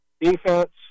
defense